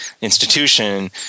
institution